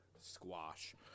squash